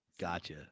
gotcha